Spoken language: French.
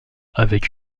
avec